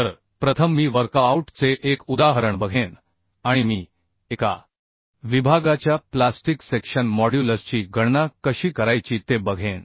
तर प्रथम मी व्यायामाचे एक उदाहरण बघेन आणि मी एका विभागाच्या प्लास्टिक सेक्शन मॉड्युलसची गणना कशी करायची ते बघेन